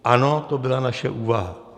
Ano, to byla naše úvaha.